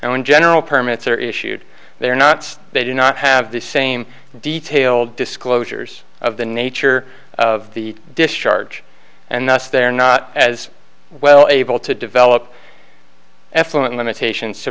when general permits are issued they are not they do not have the same detailed disclosures of the nature of the discharge and thus they're not as well able to develop effluent limitations to